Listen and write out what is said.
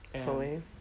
Fully